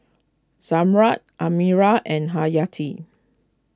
Zamrud Amirul and Haryati